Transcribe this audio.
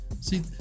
See